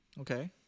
Okay